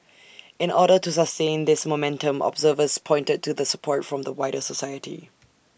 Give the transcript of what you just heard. in order to sustain this momentum observers pointed to the support from the wider society